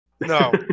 No